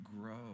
grow